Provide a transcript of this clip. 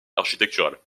architecturale